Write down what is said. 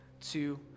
two